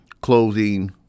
clothing